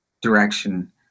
direction